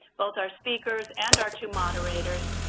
both our speakers and our two moderators,